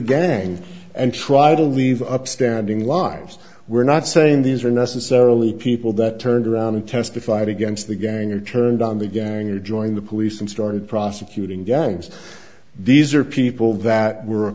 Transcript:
gang and try to leave upstanding lives we're not saying these are necessarily people that turned around and testified against the gang or turned on the gang or join the police and started prosecuting gangs these are people that were